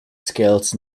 scales